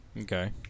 Okay